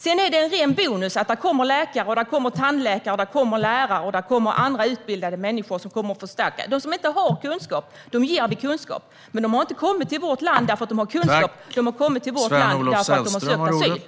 Sedan är det en ren bonus att det kommer läkare, tandläkare, lärare och andra utbildade människor som kommer att förstärka. De som inte har kunskap ger vi kunskap, men de har inte kommit till vårt land för att de har kunskap. De har kommit till vårt land för att de har sökt asyl.